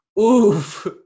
Oof